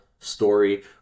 Story